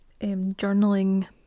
journaling